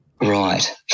Right